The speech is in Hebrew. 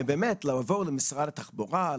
באמת לבוא למשרד התחבורה,